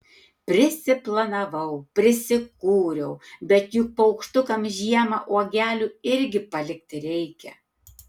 prisiplanavau prisikūriau bet juk paukštukams žiemą uogelių irgi palikti reikia